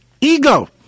ego